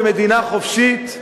במדינה חופשית,